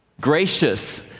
Gracious